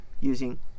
using